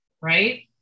Right